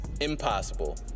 impossible